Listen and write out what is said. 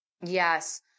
Yes